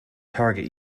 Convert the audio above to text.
target